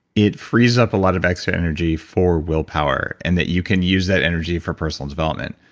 it frees up a lot of extra energy for willpower and that you can use that energy for personal development.